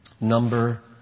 Number